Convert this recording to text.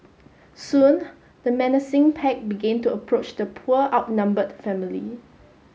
soon the menacing pack begin to approach the poor outnumbered family